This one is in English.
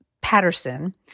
Patterson